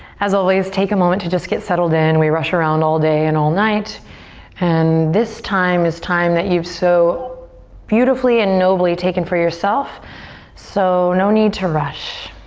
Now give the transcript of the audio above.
as always take a moment to just get settled in. we rush around all day and all night and this time is time that you've so beautifully and nobly taken for yourself so no need to rush.